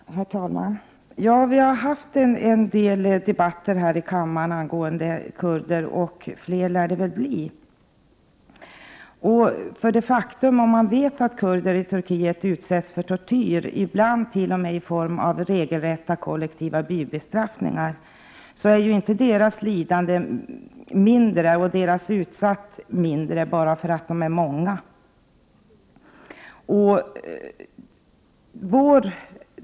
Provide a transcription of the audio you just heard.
Herr talman! Ja, vi har haft en del debatter här i kammaren angående kurder, och fler lär det väl bli. Man vet att kurder i Turkiet utsätts för tortyr, ibland t.o.m. i form av regelrätta kollektiva bybestraffningar. Kurdernas lidande och deras utsatthet blir inte mindre bara för att de är många.